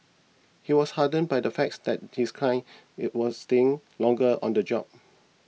he was heartened by the fact that his clients it was staying longer on the job